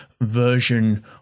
version